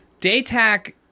Daytac